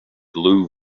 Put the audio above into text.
blue